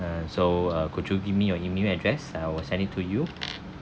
uh so uh could you give me your email address I will send it to you